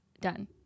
done